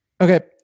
Okay